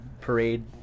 parade